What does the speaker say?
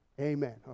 amen